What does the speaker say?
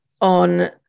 on